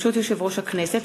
ברשות יושב-ראש הכנסת,